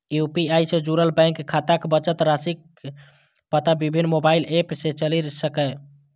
UPI सं जुड़ल bank खाताक बचत राशिक पता विभिन्न मोबाइल एप सं चलि सकैए